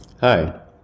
Hi